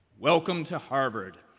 welcome to harvard.